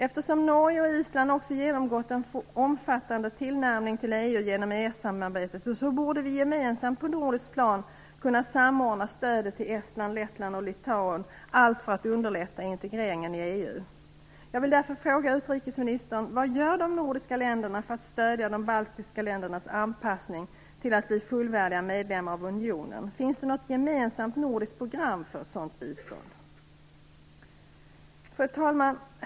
Eftersom Norge och Island också genomgått en omfattande tillnärmning till EU genom EES-samarbetet borde vi gemensamt på nordiskt plan kunna samordna stödet till Estland, Lettland och Litauen, allt för att underlätta integreringen i EU. Jag vill därför fråga utrikesministern: Vad gör de nordiska länderna för att stödja de baltiska staternas anpassning till att bli fullvärdiga medlemmar av unionen? Finns det något gemensamt nordiskt program för ett sådant bistånd? Fru talman!